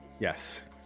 Yes